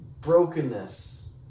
brokenness